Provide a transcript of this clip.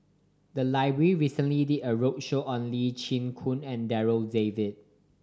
the library recently did a roadshow on Lee Chin Koon and Darryl David